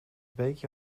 beekje